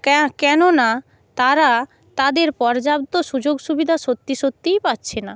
কেন কেননা তারা তাদের পর্যাপ্ত সুযোগ সুবিধা সত্যি সত্যিই পাচ্ছে না